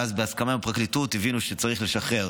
ואז בהסכמה עם הפרקליטות הבינו שצריך לשחרר.